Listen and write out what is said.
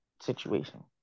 situation